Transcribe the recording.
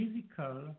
physical